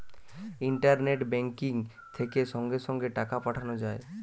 internet banking থেকে সঙ্গে সঙ্গে টাকা পাঠানো যায়